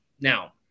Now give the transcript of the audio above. Now